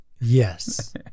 Yes